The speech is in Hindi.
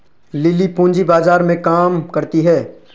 लिली पूंजी बाजार में काम करती है